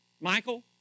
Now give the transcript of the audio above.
Michael